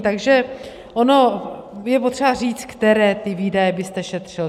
Takže ono je potřeba říct, které ty výdaje byste šetřil.